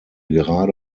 gerade